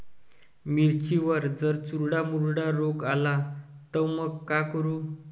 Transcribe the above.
मिर्चीवर जर चुर्डा मुर्डा रोग आला त मंग का करू?